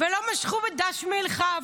לא משכו בדש מעילך,